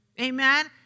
Amen